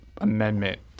amendment